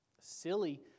silly